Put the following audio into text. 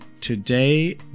today